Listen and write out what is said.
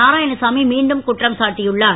நாராயணசாமி மீண்டும் குற்றம் சாட்டியுள்ளார்